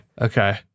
okay